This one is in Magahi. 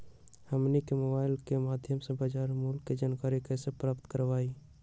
हमनी के मोबाइल के माध्यम से बाजार मूल्य के जानकारी कैसे प्राप्त करवाई?